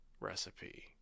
recipe